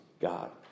God